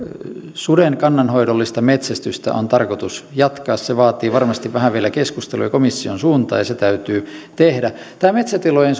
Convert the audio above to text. suden kannanhoidollista metsästystä on tarkoitus jatkaa se vaatii varmasti vähän vielä keskustelua komission suuntaan ja se täytyy tehdä tästä metsätilojen